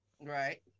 Right